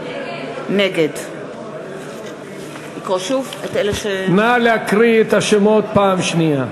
נגד נא להקריא את השמות פעם שנייה.